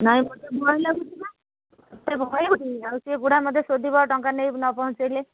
ନାହିଁ ଗୋଟିଏ ଭୟ ଲାଗୁଛି ନା ସେ ବୁଢ଼ାମତେ ଶୋଧିବ ଟଙ୍କା ନେଇକରି ନ ପହଞ୍ଚାଇଲେ